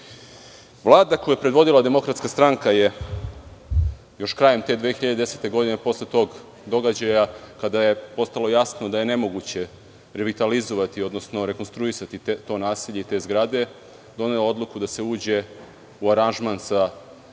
koju je predvodila DS je još krajem te 2010. godine, posle tog događaja, kada je postalo jasno da je nemoguće revitalizovati, odnosno rekonstruisati to naselje i te zgrade, donela odluku da se uđe u aranžman sa